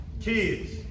Kids